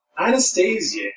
Anastasia